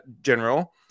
General